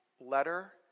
letter